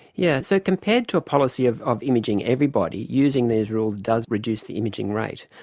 yes, so compared to a policy of of imaging everybody, using these rules does reduce the imaging rate.